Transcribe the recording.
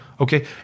Okay